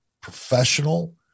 professional